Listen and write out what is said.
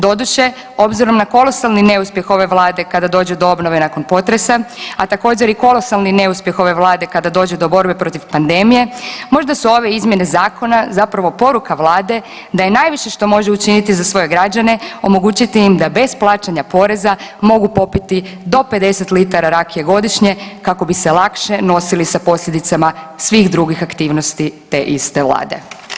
Doduše, obzirom na kolosalni neuspjeh ove vlade kada dođe do obnove nakon potresa, a također i kolosalni neuspjeh ove vlade kada dođe do borbe protiv pandemije možda su ove izmjene zakona zapravo poruka vlade da je najviše što može učiniti za svoje građane omogućiti im da bez plaćanja poreza mogu popiti do 50 litara rakije godišnje kako bi se lakše nosili sa posljedicama svih drugih aktivnosti te iste vlade.